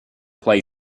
play